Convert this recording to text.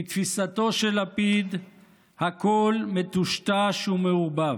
בתפיסתו של לפיד הכול מטושטש ומעורבב.